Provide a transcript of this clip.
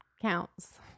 counts